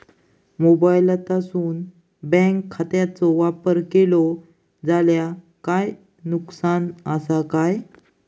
मोबाईलातसून बँक खात्याचो वापर केलो जाल्या काय नुकसान असा काय?